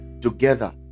together